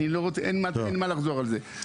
אין מה לחזור על זה.